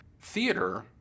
Theater